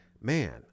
man